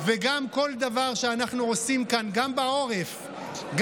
גם בגאולה השלמה,